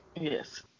Yes